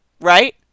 right